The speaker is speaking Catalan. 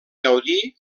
gaudí